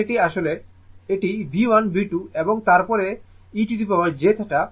সুতরাং এটি আসলে এটি V1 V2 এবং তারপরে e jθ 1 θ2